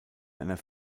einer